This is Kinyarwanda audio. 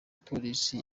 polisi